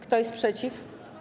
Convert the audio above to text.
Kto jest przeciw?